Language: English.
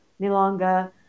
milonga